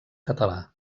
català